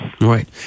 Right